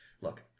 Look